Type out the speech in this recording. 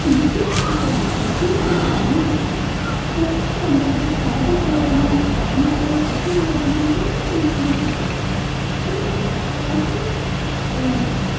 विद्युत् उपयोज्य सीवनकार्यं कुर्वन्ति तस्मिन् सन्दर्भे पादवेदनाम् अनन्तरं कटिवेदनां किञ्चित् न्यूनः भवति किन्तु अस्मिन्